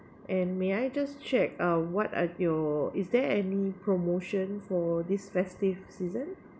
and may I just check uh what are your is there any promotion for this festive season